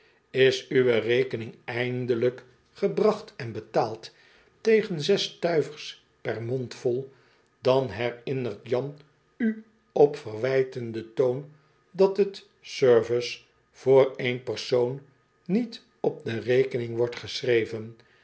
is uwe rekening eindelijk gebracht en betaald tegen zes stuivers per mondvol dan herinnert jan u op verwijtenden toon dat t service voor één persoon niet op de rekening wordt geschreven